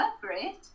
great